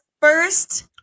first